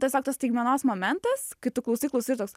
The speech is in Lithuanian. tiesiog tos staigmenos momentas kai tu klausai klausai ir toks